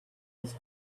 his